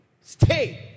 Stay